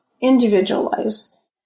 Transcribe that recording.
individualize